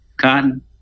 cotton